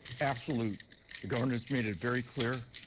absolute. the governor has made it very clear.